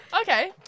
okay